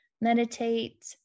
meditate